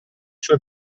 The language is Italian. sue